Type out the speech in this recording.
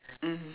mm